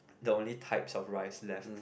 the only type of rice left